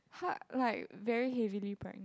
what like very heavily pregnant